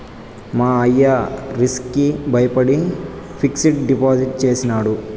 మా అయ్య రిస్క్ కి బయపడి ఫిక్సిడ్ డిపాజిట్ చేసినాడు